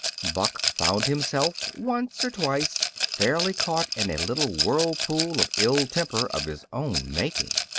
buck found himself, once or twice, fairly caught in a little whirlpool of ill temper of his own making.